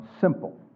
simple